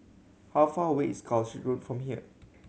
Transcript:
how far away is Calshot Road from here